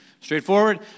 Straightforward